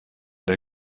der